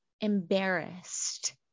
embarrassed